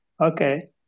Okay